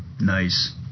nice